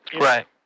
Right